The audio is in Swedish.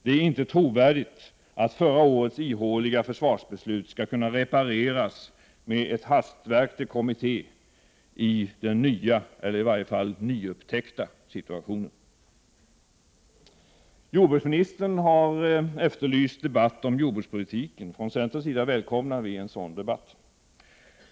Det är inte trovärdigt att förra årets ihåliga försvarsbeslut skall kunna repareras med ett hastverk till kommitté, i den nya —- eller i varje fall nyupptäckta — situationen. Jordbruksministern har efterlyst en debatt om jordbrukspolitiken. Vi i centern välkomnar en sådan debatt.